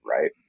right